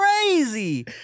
crazy